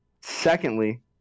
Secondly